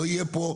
לא יהיה פה,